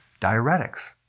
Diuretics